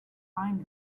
find